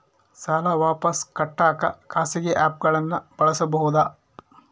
ಸಾಲ ವಾಪಸ್ ಕಟ್ಟಕ ಖಾಸಗಿ ಆ್ಯಪ್ ಗಳನ್ನ ಬಳಸಬಹದಾ?